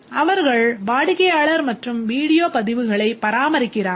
அவர்கள் வாடிக்கையாளர் மற்றும் வீடியோ பதிவுகளை பராமரிக்கின்றார்கள்